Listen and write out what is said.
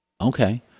Okay